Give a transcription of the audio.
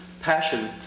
passion